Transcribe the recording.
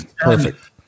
perfect